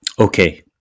Okay